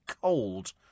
cold